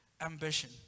ambition